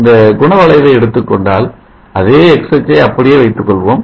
இந்த குண வளைவை எடுத்துக்கொண்டால் அதே X அச்சை அப்படியே வைத்துக்கொள்வோம்